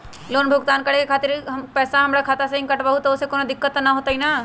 Loan भुगतान करे के खातिर पैसा हमर खाता में से ही काटबहु त ओसे कौनो दिक्कत त न होई न?